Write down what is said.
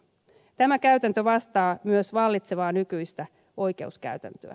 tämä käytäntö vastaa myös vallitsevaa nykyistä oikeuskäytäntöä